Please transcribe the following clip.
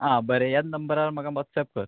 आं बरें ह्या नंबरार म्हाका वॉट्सॅप कर